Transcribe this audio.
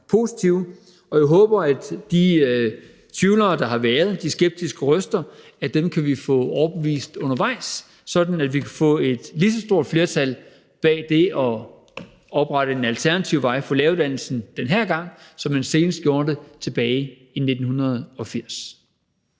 kan få overbevist de tvivlere og de skeptiske røster, der har været, sådan at vi kan få et lige så stort flertal bag det at oprette en alternativ vej for læreruddannelsen den her gang, som der var, da man senest gjorde det tilbage i 1980.